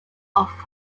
off